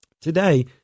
Today